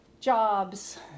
jobs